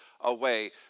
away